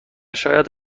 شاید